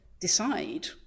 decide